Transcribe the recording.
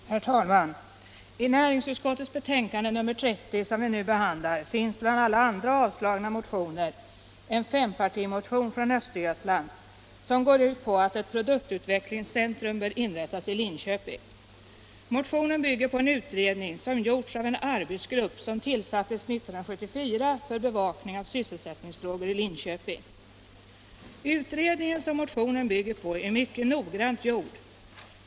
Herr talman! I näringsutskottets betänkande nr 30, som vi nu behandlar, finns bland alla andra avstyrkta motioner en fempartimotion från Östergötland, som går ut på att ett produktutvecklingscentrum bör inrättas i Linköping. Motionen bygger på en utredning av en arbetsgrupp som tillsattes 1974 för bevakning av sysselsättningsfrågor i Linköping. Den utredningen är mycket noggrant gjord.